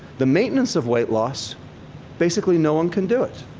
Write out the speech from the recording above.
the maintenance of weight loss basically no one can do it.